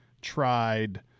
tried